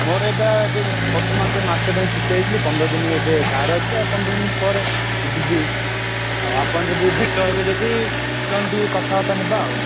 ମୋର ଏବେ ବର୍ତ୍ତମାନ ପାଇଁ ମାସେ ପାଇଁ ଛୁଟି ହେଇଥିଲି ପନ୍ଦର ଦିନ ଏବେ ଗାଁ ରେ ଅଛି ଆଉ ପନ୍ଦର ଦିନ ପରେ ଯିବି ଆଉ ଆପଣ ଯଦି ଭେଟ ହେବେ ଯଦି କଣ ଟିକେ କଥାବାର୍ତ୍ତା ହେବା ଆଉ